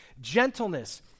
gentleness